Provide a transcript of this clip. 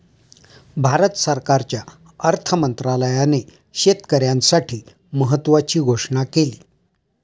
भारत सरकारच्या अर्थ मंत्रालयाने शेतकऱ्यांसाठी महत्त्वाची घोषणा केली